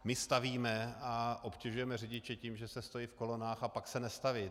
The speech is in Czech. My stavíme a obtěžujeme řidiče tím, že se stojí v kolonách, a pak se nestaví.